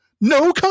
no